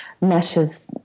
meshes